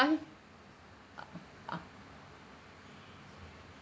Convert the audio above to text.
can't uh ah